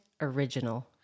Original